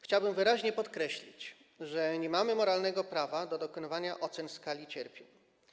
Chciałbym wyraźnie podkreślić, że nie mamy moralnego prawa do dokonywania ocen skali cierpień.